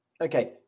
Okay